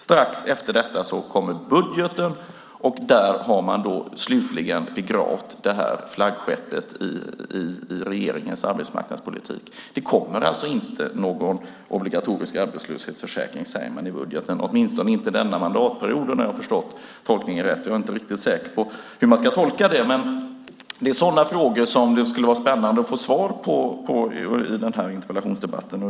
Strax efter detta kom budgeten, och där hade man slutligen begravt detta flaggskepp i regeringens arbetsmarknadspolitik. Det kommer alltså inte någon obligatorisk arbetslöshetsförsäkring, säger man i budgeten - åtminstone inte den här mandatperioden, om jag har förstått tolkningen rätt. Jag är inte riktigt säker på hur man ska tolka det. Det är sådana frågor som det skulle vara spännande att få svar på i den här interpellationsdebatten.